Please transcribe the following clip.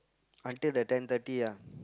until the ten thirty ah